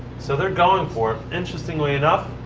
so they're going for it, interestingly enough.